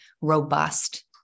robust